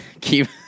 keep